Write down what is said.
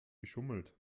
geschummelt